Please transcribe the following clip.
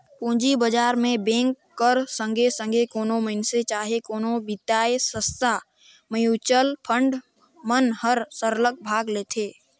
पूंजी बजार में बेंक कर संघे संघे कोनो मइनसे चहे कोनो बित्तीय संस्था, म्युचुअल फंड मन हर सरलग भाग लेथे